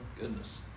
Goodness